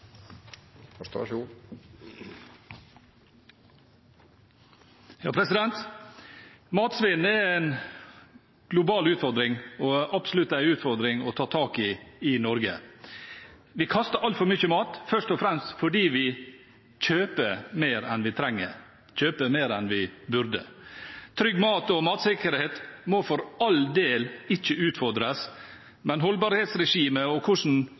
i Norge. Vi kaster altfor mye mat, først og fremst fordi vi kjøper mer enn vi trenger, og mer enn vi burde. Trygg mat og matsikkerhet må for all del ikke utfordres, men holdbarhetsregimet og hvordan